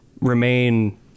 remain